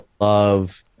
love